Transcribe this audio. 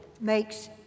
makes